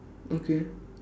okay